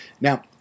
Now